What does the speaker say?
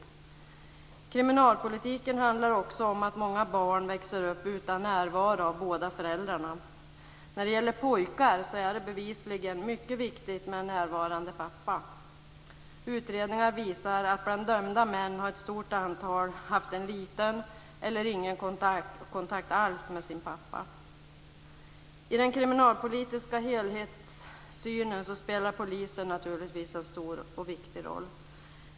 Kriminalpolitiken handlar också om att många barn växer upp utan närvaro av båda föräldrarna. När det gäller pojkar är det bevisligen mycket viktigt med en närvarande pappa. Utredningar visar att bland dömda män har ett stort antal haft liten eller ingen kontakt alls med sin pappa. I den kriminalpolitiska helhetssynen spelar polisen naturligtvis en stor och viktig roll.